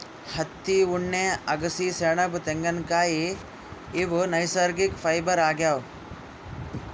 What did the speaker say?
ಹತ್ತಿ ಉಣ್ಣೆ ಅಗಸಿ ಸೆಣಬ್ ತೆಂಗಿನ್ಕಾಯ್ ಇವ್ ನೈಸರ್ಗಿಕ್ ಫೈಬರ್ ಆಗ್ಯಾವ್